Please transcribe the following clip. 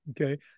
Okay